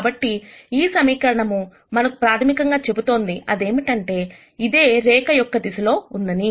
కాబట్టి ఈ సమీకరణము మనకు ప్రాథమికంగా చెబుతోంది అదేమిటంటే ఇదే రేఖ యొక్క దిశలో ఉందని